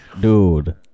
dude